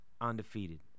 undefeated